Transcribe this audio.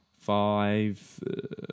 Five